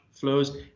flows